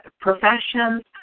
professions